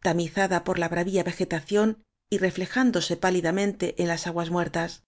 tamizada por la bravia vegetación y reflejándose pálidamente en las aguas muertas